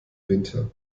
winter